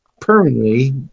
permanently